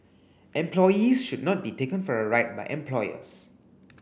employees should not be taken for a ride by employers